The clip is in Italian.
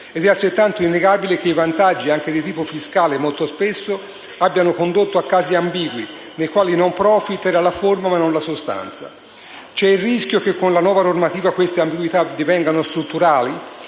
ed è altrettanto innegabile che i vantaggi, anche di tipo fiscale, molto spesso abbiano condotto a casi ambigui, nei quali *no profit* era la forma, ma non la sostanza. C'è il rischio che con la nuova normativa queste ambiguità divengano strutturali?